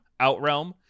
Outrealm